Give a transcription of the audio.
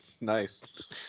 nice